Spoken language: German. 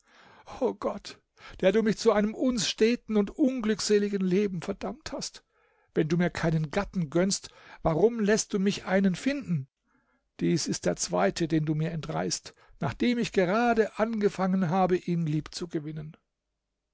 o gott der du mich zu einem unsteten und unglückseligen leben verdammt hast wenn du mir keinen gatten gönnst warum läßt du mich einen finden dies ist der zweite den du mir entreißt nachdem ich gerade angefangen habe ihn